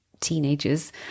teenagers